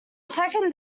second